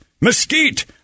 mesquite